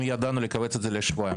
אם ידענו לכווץ את זה לשבועיים,